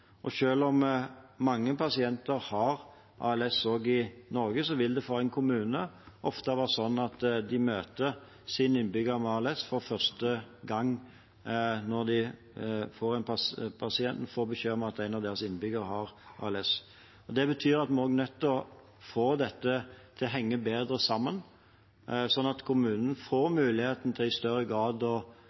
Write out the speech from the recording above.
ALS for første gang når de får beskjed om at en av deres innbyggere har ALS. Det betyr at vi også er nødt til å få dette til å henge bedre sammen, slik at kommunen får muligheten til i større grad å